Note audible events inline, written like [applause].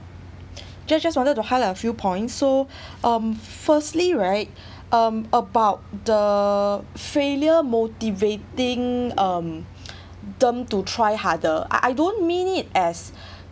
[breath] just just wanted to highlight a few points so [breath] um firstly right [breath] um about the failure motivating um [breath] them to try harder I don't mean it as [breath]